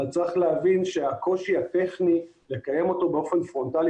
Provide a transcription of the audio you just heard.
אבל צריך להבין שהקושי הטכני לקיים באופן פרונטלי